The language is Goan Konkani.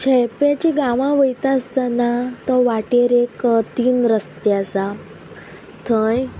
शळपेचे गांवां वयता आसतना तो वाटेर एक तीन रस्ते आसा थंय